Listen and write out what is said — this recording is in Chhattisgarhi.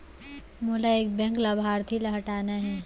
मोला एक बैंक लाभार्थी ल हटाना हे?